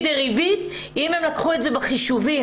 דריבית אם הן לקחו את זה בחישובים,